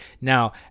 Now